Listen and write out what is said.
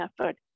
effort